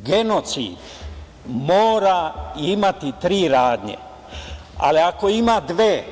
Genocid mora imati tri radnje, ali ako ima dve,